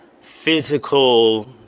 physical